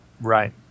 Right